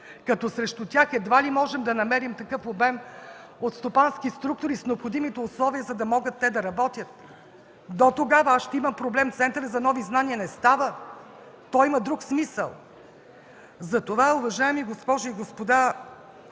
като срещу тях едва ли можем да намерим такъв обем от стопански структури с необходимите условия, за да могат те да работят, дотогава аз ще имам проблем с Центъра за нови знания. Не става! Той има друг смисъл. Уважаеми госпожи и господа,